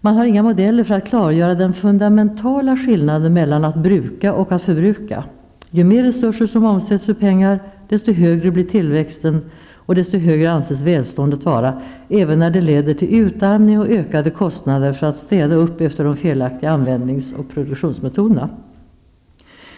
Man har inga modeller för att klargöra den fundamentala skillnaden mellan att bruka och att förbruka. Ju mer resurser som omsätts för pengar, desto högre blir tillväxten och desto högre anses välståndet vara, även när det leder till utarmning och ökade kostnader för att städa upp efter de felaktiga användnings och produktionsmetoderna.